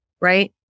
Right